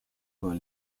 con